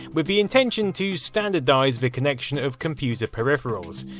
with the intention to standardise the connection of computer peripherals,